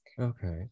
okay